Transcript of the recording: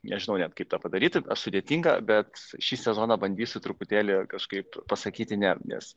nežinau net kaip tą padaryti ar sudėtinga bet šį sezoną bandysiu truputėlį kažkaip pasakyti ne nes